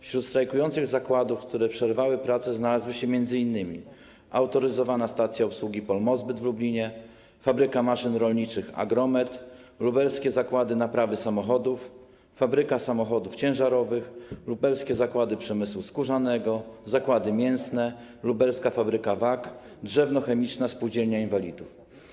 Wśród strajkujących zakładów, które przerwały pracę, znalazły się m.in. Autoryzowana Stacja Obsługi Polmozbyt w Lublinie, Fabryka Maszyn Rolniczych Agromet, Lubelskie Zakłady Naprawy Samochodów, Fabryka Samochodów Ciężarowych, Lubelskie Zakłady Przemysłu Skórzanego, Zakłady Mięsne, Lubelska Fabryka Wag, Drzewno-Chemiczna Spółdzielnia Inwalidów.